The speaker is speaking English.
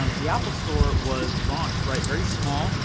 um the apple store was launched, right, very small,